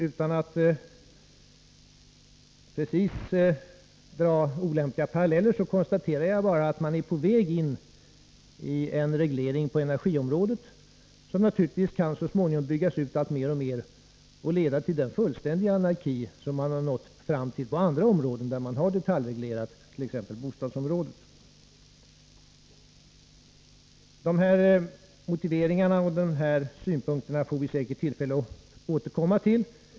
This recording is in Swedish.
Utan att precis dra olämpliga paralleller konstaterar jag att man är på väg in i en reglering på energiområdet, som naturligtvis så småningom kan byggas ut mer och mer och leda till den fullständiga anarki som man nått på andra områden som är detaljreglerade, t.ex. bostadsområdet. De här synpunkterna får vi säkert tillfälle att återkomma till.